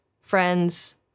friends